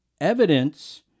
evidence